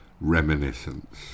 Reminiscence